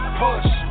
push